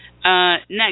Next